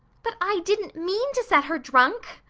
but i didn't mean to set her drunk.